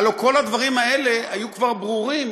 הלוא כל הדברים האלה היו כבר ברורים